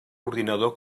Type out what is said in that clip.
ordinador